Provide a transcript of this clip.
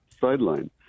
sideline